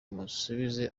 musubize